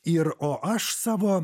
ir o aš savo